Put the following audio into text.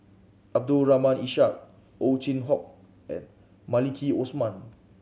Abdul Rahim Ishak Ow Chin Hock and Maliki Osman